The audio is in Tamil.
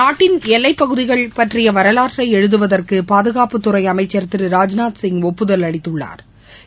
நாட்டின் எல்லைப்பகுதிகள் பற்றியவரலாற்றைஎழுதுவதற்கு பாதுகாப்புத்துறைஅமைச்சா் திரு ராஜ்நாத்சிங் ஒப்புதல் அளித்துள்ளாா்